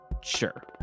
sure